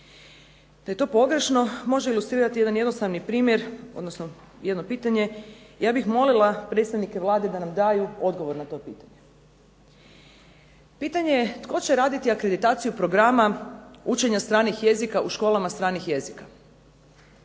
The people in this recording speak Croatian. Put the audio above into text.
Da je to pogrešno može ilustrirati jedan jednostavni primjer, odnosno jedno pitanje, ja bih molila predstavnike Vlade da nam daju odgovor na to pitanje. Pitanje je tko će raditi akreditaciju programa učenja stranih jezika u školama stranih jezika?